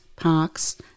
parks